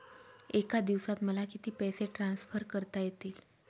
एका दिवसात मला किती पैसे ट्रान्सफर करता येतील?